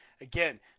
Again